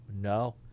No